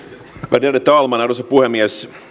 värderade talman arvoisa puhemies